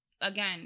again